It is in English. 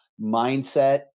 mindset